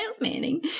Manning